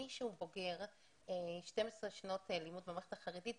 מי שהוא בוגר 12 שנות לימוד במערכת החרדית,